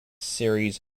series